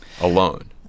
alone